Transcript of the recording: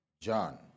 John